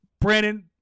Brandon